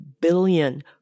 billion